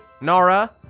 Nara